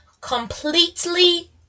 completely